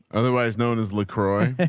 otherwise known as lacroix.